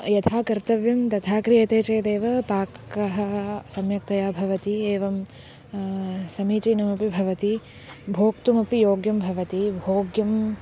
यथा कर्तव्यं तथा क्रियते चेदेव पाकः सम्यक्तया भवति एवं समीचीनमपि भवति भोक्तुमपि योग्यं भवति भोग्यं